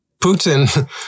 Putin